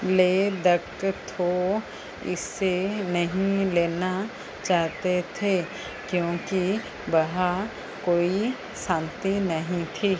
लेदक थो इसे नहीं लेना चाहते थे क्योंकि वहाँ कोई शांति नहीं थी